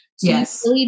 Yes